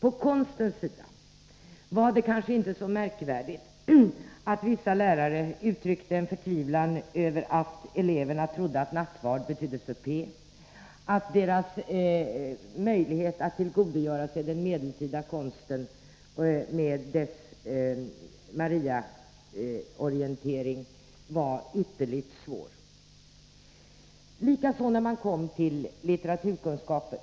Det var kanske inte så märkvärdigt att vissa lärare på konstsidan uttryckte sin förtvivlan över att eleverna trodde att nattvard betydde supé och att deras möjligheter att tillgodogöra sig den medeltida konsten med dess Mariaorientering var ytterligt små. Svårigheterna var stora också när det gällde litteraturkunskapen.